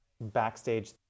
backstage